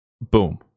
Boom